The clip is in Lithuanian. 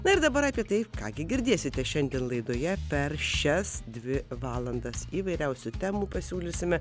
na ir dabar apie tai ką gi girdėsite šiandien laidoje per šias dvi valandas įvairiausių temų pasiūlysime